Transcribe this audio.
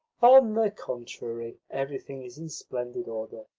on the contrary, everything is in splendid order,